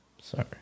Sorry